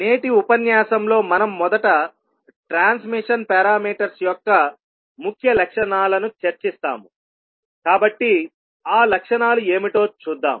నేటి ఉపన్యాసం లో మనం మొదట ట్రాన్స్మిషన్ పారామీటర్స్ యొక్క ముఖ్య లక్షణాలను చర్చిస్తాము కాబట్టి ఆ లక్షణాలు ఏమిటో చూద్దాం